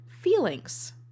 Feelings